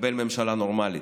לקבל ממשלה נורמלית,